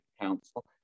council